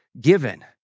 given